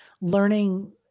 learning